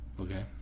Okay